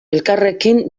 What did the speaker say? elkarrekin